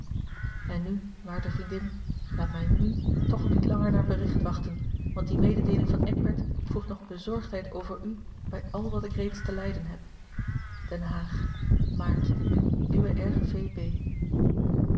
en nu waarde vriendin laat mij n toch niet langer naar bericht wachten want die mededeeling van eckbert voegt nog bezorgdheid over u bij al wat ik reeds te lijden heb den haag maart uwe r v